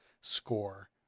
score